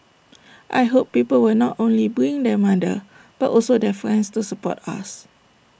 I hope people will not only bring their mother but also their friends to support us